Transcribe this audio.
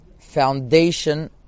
foundation